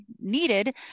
needed